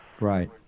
Right